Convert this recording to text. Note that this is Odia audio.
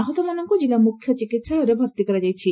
ଆହତମାନଙ୍କୁ କିଲ୍ଲୁ ମୁଖ୍ୟ ଚିକିହାଳୟରେ ଭର୍ତ୍ତି କରାଯାଇଛି